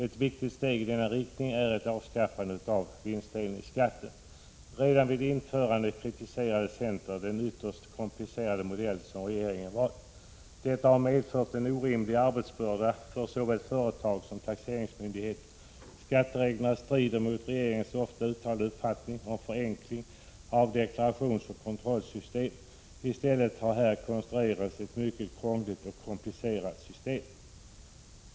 Ett viktigt steg i denna riktning är ett avskaffande av vinstdelningsskatten. Redan vid införandet av vinstdelningsskatten kritiserade centern den ytterst komplicerade modell som regeringen har valt. Detta har medfört en orimlig arbetsbörda för såväl företag som taxeringsmyndigheter. Skattereglerna strider mot regeringens ofta uttalade uppfattning att det är nödvändigt med en förenkling av deklarationsoch kontrollsystemet. I stället har man här konstruerat ett mycket krångligt och komplicerat system.